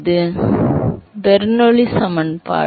மாணவர் பெர்னௌலி சமன்பாடு